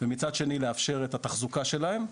ומצד שני לאפשר את התחזוקה שלהן,